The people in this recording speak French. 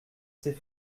ses